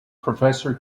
professor